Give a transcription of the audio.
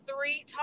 three